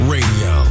Radio